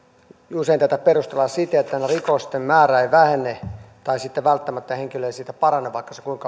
usein tätä perustellaan siten että rikosten määrä ei vähene tai sitten välttämättä henkilö ei siitä parane vaikka kuinka